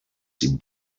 seem